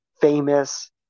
famous